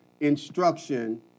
instruction